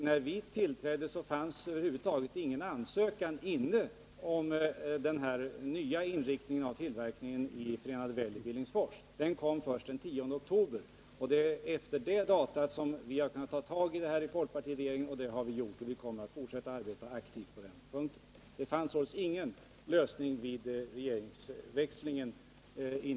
När jag tillträdde fanns det över huvud taget ingen ansökan inne om den nya inriktningen av tillverkningen vid Förenade Well i Billingsfors. Den kom först den 10 oktober. Det är efter detta datum som folkpartiregeringen har kunnat ta tag i det här, och det har vi gjort. Vi kommer att fortsätta arbeta aktivt med det. Det fanns således ingen lösning i sikte vid regeringsväxlingen.